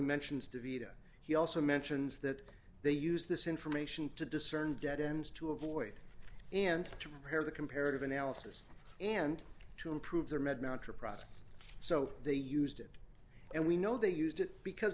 mentions d v d a he also mentions that they use this information to discern dead ends to avoid and to repair the comparative analysis and to improve their med montra process so they used it and we know they used it because